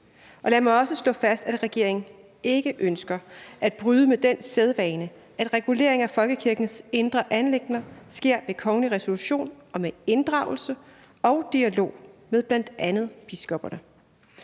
lad mig også slå fast, at regeringen ikke ønsker at bryde med den sædvane, at regulering af folkekirkens indre anliggender sker ved kongelig resolution og med inddragelse af og dialog med bl.a. biskopperne.